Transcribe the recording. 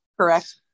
correct